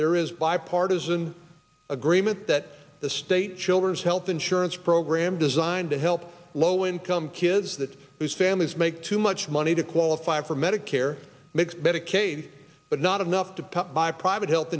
there is bipartisan agreement that the state children's health insurance program designed to help low income kids that whose families make too much money to qualify for medicare makes better kade but not enough to pop by private health